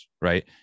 right